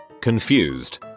confused